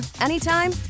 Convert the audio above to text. anytime